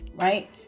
right